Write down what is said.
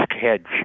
hedge